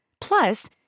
Plus